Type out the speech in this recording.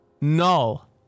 null